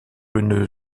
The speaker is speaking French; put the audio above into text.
une